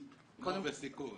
קודם כול